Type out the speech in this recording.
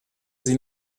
sie